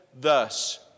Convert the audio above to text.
thus